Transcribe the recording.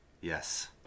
Yes